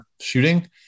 shooting